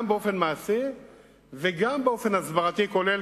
גם באופן מעשי וגם באופן הסברתי כולל,